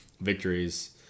victories